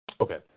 Okay